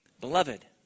Beloved